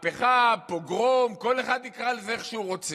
המהפכה, הפוגרום, כל אחד יקרא לזה איך שהוא רוצה.